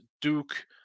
Duke